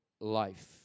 life